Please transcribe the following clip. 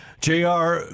JR